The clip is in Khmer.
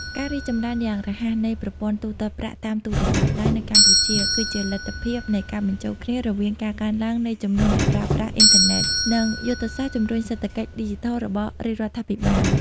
ការរីកចម្រើនយ៉ាងរហ័សនៃប្រព័ន្ធទូទាត់ប្រាក់តាមទូរស័ព្ទដៃនៅកម្ពុជា គឺជាលទ្ធផលនៃការបញ្ចូលគ្នារវាងការកើនឡើងនៃចំនួនអ្នកប្រើប្រាស់អ៊ីនធឺណិត និងយុទ្ធសាស្ត្រជម្រុញសេដ្ឋកិច្ចឌីជីថលរបស់រាជរដ្ឋាភិបាល។